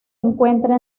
encuentra